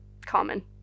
common